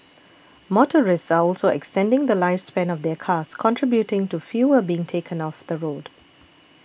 motorists are also extending the lifespan of their cars contributing to fewer being taken off the road